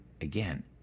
again